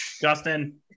Justin